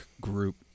group